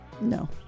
No